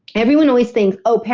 everyone always thinks, oh,